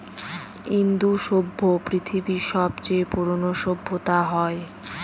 ইন্দু সভ্য পৃথিবীর সবচেয়ে পুরোনো সভ্যতা হয়